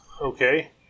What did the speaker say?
Okay